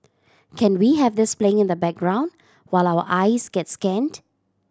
can we have this playing in the background while our eyes get scanned